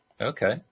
Okay